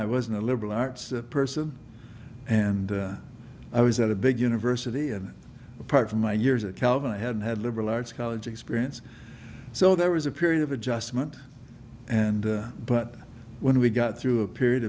i wasn't a liberal arts person and i was at a big university and apart from my years at calvin i hadn't had liberal arts college experience so there was a period of adjustment and but when we got through a period